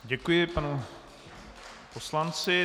Děkuji panu poslanci.